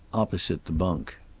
opposite the bunk.